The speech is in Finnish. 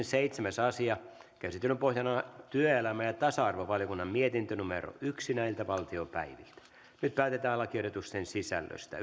seitsemäs asia käsittelyn pohjana on työelämä ja tasa arvovaliokunnan mietintö yksi nyt päätetään lakiehdotusten sisällöstä